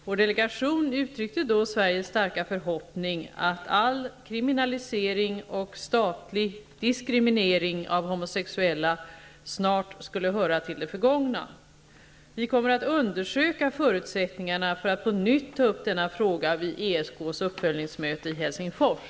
Vår delegation uttryckte då Sveriges starka förhoppning att all kriminalisering och statlig diskriminering av homosexuella snart skulle höra till det förgångna. Vi kommer att undersöka förutsättningarna för att på nytt ta upp denna fråga vid ESK:s uppföljningsmöte i Helsingfors.